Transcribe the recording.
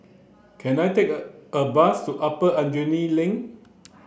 can I take a a bus to Upper Aljunied Link